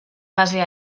base